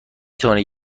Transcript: توانید